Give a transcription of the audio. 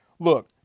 Look